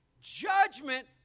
judgment